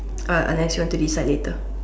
are unless you want to decide later